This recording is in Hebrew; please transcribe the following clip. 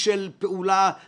לעולם שמעניק את הידע ומשתף.